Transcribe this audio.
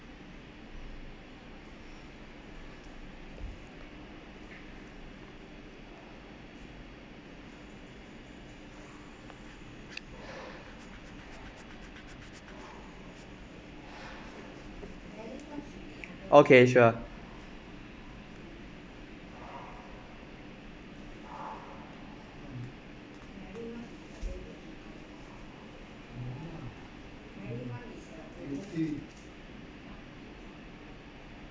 okay sure